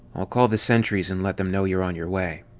i'll call the sentries and let them know you're on your way.